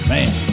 Man